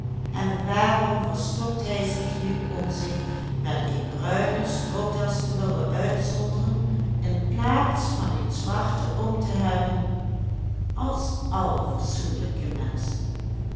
en waarom verstokt hij zich nu om zich met een bruine stropdas te willen uitzonderen in plaats van een zwarte om te hebben als alle fatsoenlijke menschen